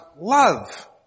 love